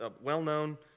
well-known